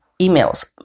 emails